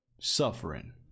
suffering